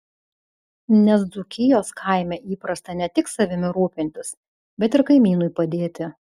nes dzūkijos kaime įprasta ne tik savimi rūpintis bet ir kaimynui padėti